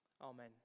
Amen